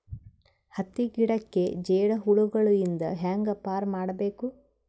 ಹತ್ತಿ ಗಿಡಕ್ಕೆ ಜೇಡ ಹುಳಗಳು ಇಂದ ಹ್ಯಾಂಗ್ ಪಾರ್ ಮಾಡಬೇಕು?